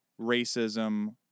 racism